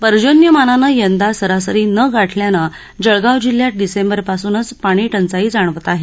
पर्जन्यमानानं यंदा सरासरी न गाठल्यानं जळगाव जिल्ह्यात डिसेंबरपासूनच पाणी आई जाणवत आहे